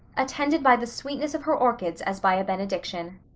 attended by the sweetness of her orchids as by benediction.